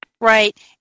Right